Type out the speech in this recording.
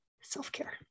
self-care